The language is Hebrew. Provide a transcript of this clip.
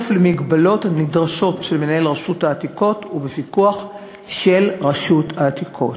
להגבלות הנדרשות של מנהל רשות העתיקות ובפיקוח של רשות העתיקות.